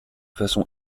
façon